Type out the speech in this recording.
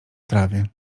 trawie